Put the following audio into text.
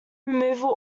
removal